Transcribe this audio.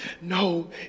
No